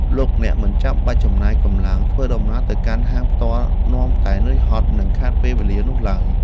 លោកអ្នកមិនចាំបាច់ចំណាយកម្លាំងធ្វើដំណើរទៅកាន់ហាងផ្ទាល់នាំតែហត់នឿយ និងខាតពេលវេលានោះឡើយ។